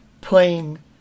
playing